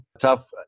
tough